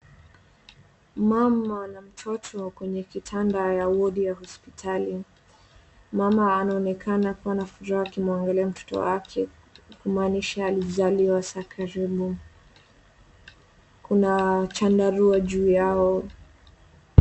Mama na mtoto kwenye kitanda ya wodi ya hosiptali ,mama anaonekana kuwa na furaha akimwangalia mtoto wake, kumaanisha alizaliwa saa karibu. Kuna Chandarua juu yao.